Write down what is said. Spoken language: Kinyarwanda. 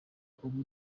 ubu